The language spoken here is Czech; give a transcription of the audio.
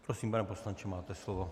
Prosím, pane poslanče, máte slovo.